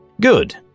Good